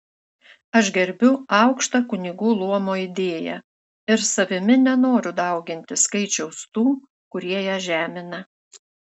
aš gerbiu aukštą kunigų luomo idėją ir savimi nenoriu dauginti skaičiaus tų kurie ją žemina